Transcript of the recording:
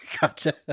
Gotcha